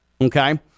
okay